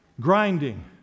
grinding